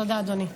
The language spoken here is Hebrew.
תודה, אדוני.